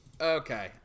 Okay